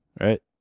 Right